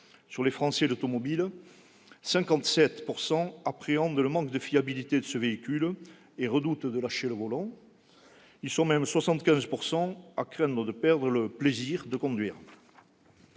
% de nos concitoyens appréhendent un manque de fiabilité de ces véhicules et redoutent de lâcher le volant. Ils sont même 75 % à craindre de perdre le plaisir de conduire.